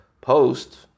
post